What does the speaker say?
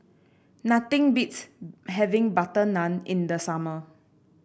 nothing beats having butter naan in the summer